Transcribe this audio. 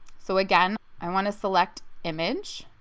so again i want to select image,